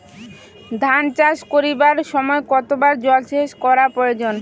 ধান চাষ করিবার সময় কতবার জলসেচ করা প্রয়োজন?